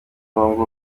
murongo